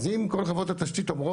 אז אם כל חברות התשתית אומרות